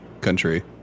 Country